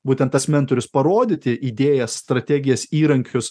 būtent tas mentorius parodyti idėjas strategijas įrankius